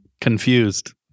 Confused